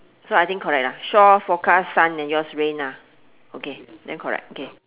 so I think correct ah shore forecast sun then yours rain ah okay then correct okay